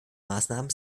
maßnahmen